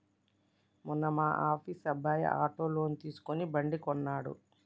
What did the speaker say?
మొన్న మా ఆఫీస్ అబ్బాయి ఆటో లోన్ తీసుకుని బండి కొన్నడు